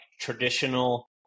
traditional